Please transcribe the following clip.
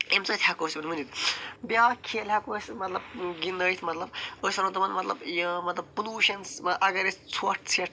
امہِ سۭتۍ ہٮ۪کو أسۍ یِمن ؤنِتھ بیاکھ کھیل ہٮ۪کو أسۍ مطلب گِندنٲیِتھ مطلب أسۍ ونو تِمن مطلب یہِ مطلب پلوٗشنز اگر أسۍ ژھۄٹھ ژھٮ۪ٹھ